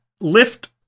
lift